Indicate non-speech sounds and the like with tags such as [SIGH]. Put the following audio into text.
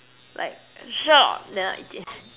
like [NOISE] then I eat it